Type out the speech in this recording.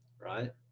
right